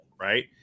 right